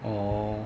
orh